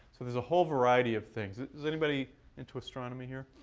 so there's a whole variety of things is anybody into astronomy here?